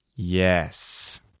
Yes